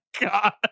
God